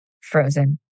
frozen